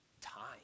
time